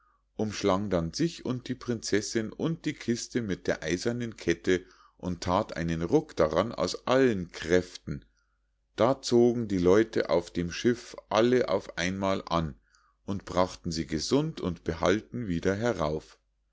umschlang dann sich und die prinzessinn und die kiste mit der eisernen kette und that einen ruck daran aus allen kräften da zogen die leute auf dem schiff alle auf einmal an und brachten sie gesund und behalten wieder herauf